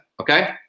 Okay